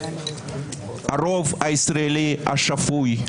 הרוב הישראלי השפוי,